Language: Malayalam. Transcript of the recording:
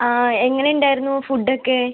ആ എങ്ങനെ ഉണ്ടായിരുന്നു ഫുഡൊക്കെ